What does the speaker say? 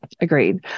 agreed